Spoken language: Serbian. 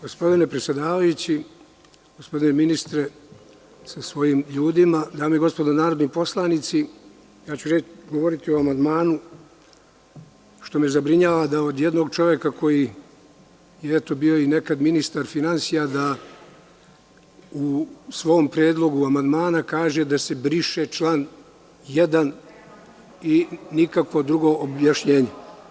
Gospodine predsedavajući, gospodine ministre sa svojim ljudima, dame i gospodo narodni poslanici, ja ću govoriti o amandmanu jer me zabrinjava da od jednog čoveka, koji je nekad bio i ministar finansija, da u svom predlogu amandmana kaže da se briše član 1. i nikakvo drugo objašnjenje.